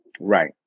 Right